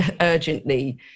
urgently